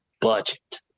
budget